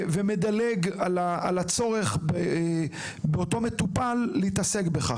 ומדלג על הצורך של אותו המטופל להתעסק בכך.